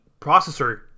processor